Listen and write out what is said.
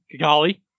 Kigali